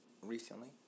recently